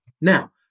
Now